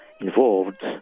involved